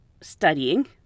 studying